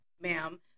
ma'am